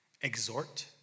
exhort